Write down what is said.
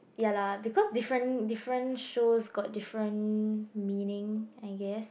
ya lah because different different shows got different meaning I guess